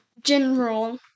general